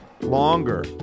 longer